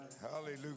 hallelujah